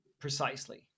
precisely